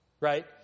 Right